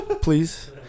please